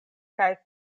kaj